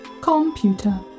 Computer